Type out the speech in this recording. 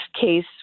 case